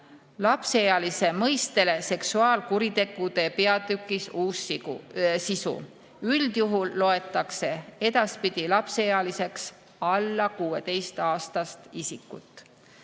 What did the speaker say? lapseealise mõistele seksuaalkuritegude peatükis uus sisu. Üldjuhul loetakse edaspidi lapseealiseks alla 16‑aastast isikut.